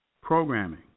programming